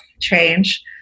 change –